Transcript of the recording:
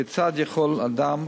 כיצד יכול אדם,